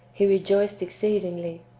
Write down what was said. he rejoiced exceedingly.